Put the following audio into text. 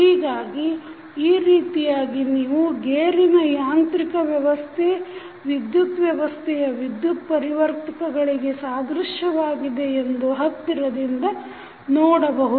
ಹೀಗಾಗಿ ಈ ರೀತಿಯಾಗಿ ನೀವು ಗೇರಿನ ಯಾಂತ್ರಿಕ ವ್ಯವಸ್ಥೆ ವಿದ್ಯುತ್ ವ್ಯವಸ್ಥೆಯ ವಿದ್ಯುತ್ ಪರಿವರ್ತಕಗಳಿಗೆ ಸಾದೃಶ್ಯವಾಗಿದೆ ಎಂದು ಹತ್ತಿರದಿಂದ ನೋಡಬಹುದು